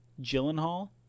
Gyllenhaal